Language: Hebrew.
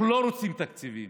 אנחנו לא רוצים תקציבים,